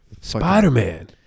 Spider-Man